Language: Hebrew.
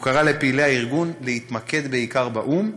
הוא קרא לפעילי הארגון להתמקד בעיקר באו”ם,